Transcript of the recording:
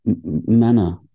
Manner